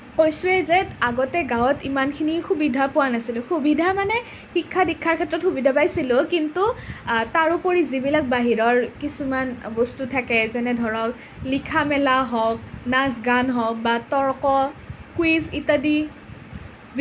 কৈছোঁৱেই যে আগতে গাঁৱত ইমানখিনি সুবিধা পোৱা নাছিলোঁ সুবিধা মানে শিক্ষা দীক্ষাৰ ক্ষেত্ৰত সুবিধা পাইছিলোঁ কিন্তু তাৰোপৰি যিবিলাক বাহিৰৰ কিছুমান বস্তু থাকে যেনে ধৰক লিখা মেলা হওক নাচ গান হওক বা তৰ্ক কুইজ ইত্যাদি